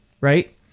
right